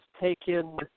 taken